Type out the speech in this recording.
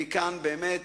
אני כאן באמת